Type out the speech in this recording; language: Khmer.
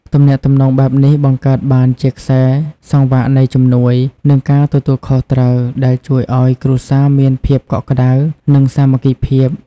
ទំនាក់ទំនងបែបនេះបង្កើតបានជាខ្សែសង្វាក់នៃជំនួយ និងការទទួលខុសត្រូវ ដែលជួយឱ្យគ្រួសារមានភាពកក់ក្ដៅ និងសាមគ្គីភាព។